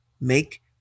make